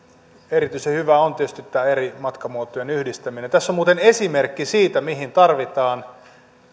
erityisen hyvää on tietysti eri matkamuotojen yhdistäminen tässä on muuten esimerkki siitä mihin tarvitaan sääntelyä